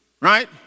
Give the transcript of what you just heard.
right